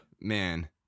man